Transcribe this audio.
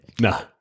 No